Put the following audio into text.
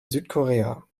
südkorea